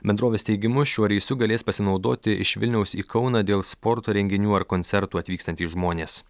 bendrovės teigimu šiuo reisu galės pasinaudoti iš vilniaus į kauną dėl sporto renginių ar koncertų atvykstantys žmonės